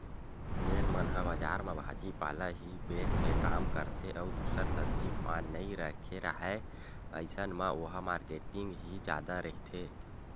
जेन मन ह बजार म भाजी पाला ही बेंच के काम करथे अउ दूसर सब्जी पान नइ रखे राहय अइसन म ओहा मारकेटिंग ही जादा रहिथे